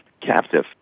captive